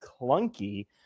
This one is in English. clunky